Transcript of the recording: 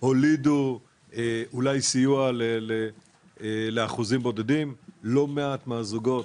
הולידו אולי סיוע לאחוזים בודדים, לא מעט מהזוגות